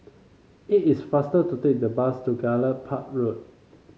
it is faster to take the bus to Gallop Park Road